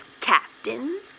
Captain